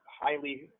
highly